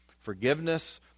forgiveness